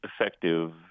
effective